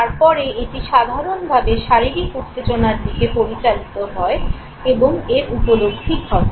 তারপরে এটি সাধারণভাবে শারীরিক উত্তেজনার দিকে পরিচালিত হয় এবং এর উপলব্ধি ঘটে